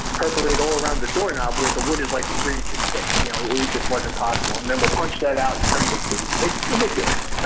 perforate all around the door knob where the wood is like three inches thick. you know it just wasn't possible and then we'll punch that out and turn the key. like ridiculous,